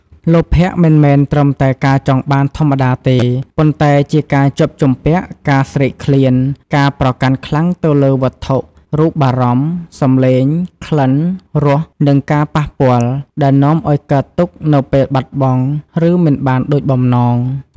លោភៈ មិនមែនត្រឹមតែការចង់បានធម្មតាទេ ប៉ុន្តែជាការជាប់ជំពាក់ ការស្រេកឃ្លាន ការប្រកាន់ខ្លាំងទៅលើវត្ថុ រូបារម្មណ៍ សំឡេង ក្លិន រស និងការប៉ះពាល់ ដែលនាំឱ្យកើតទុក្ខនៅពេលបាត់បង់ ឬមិនបានដូចបំណង។